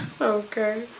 Okay